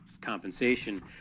compensation